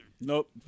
Nope